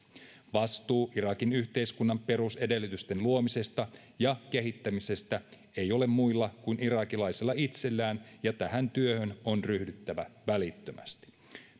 vastuu irakin yhteiskunnan perusedellytysten luomisesta ja kehittämisestä ei ole muilla kuin irakilaisilla itsellään ja tähän työhön on ryhdyttävä välittömästi